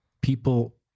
people